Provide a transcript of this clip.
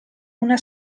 una